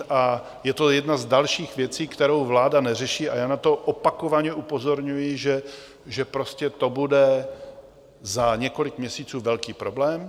A je to jedna z dalších věcí, kterou vláda neřeší, a já na to opakovaně upozorňuji, že prostě to bude za několik měsíců velký problém.